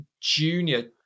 junior